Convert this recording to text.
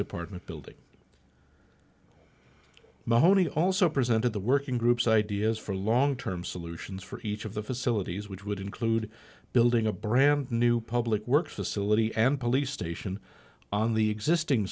department building mahoney also presented the working groups ideas for long term solutions for each of the facilities which would include building a brand new public works facility and police station on the existing